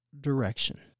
direction